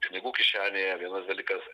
pinigų kišenėje vienas dalykas